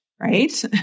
right